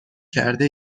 کرده